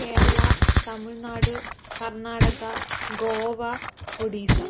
Kerala Tamil Nadu Karnataka Goa Odisha